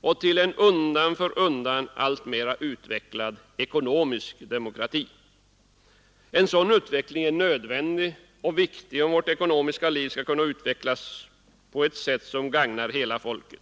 och till en undan för undan alltmera utvecklad ekonomisk demokrati. En sådan utveckling är nödvändig och viktig, om vårt ekonomiska liv skall kunna utvecklas på ett sätt som gagnar hela folket.